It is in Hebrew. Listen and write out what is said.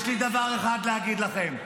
יש לי דבר אחד להגיד לכם,